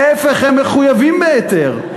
לא, הם פטורים, ההפך, הם מחויבים בהיתר.